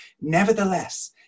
nevertheless